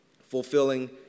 fulfilling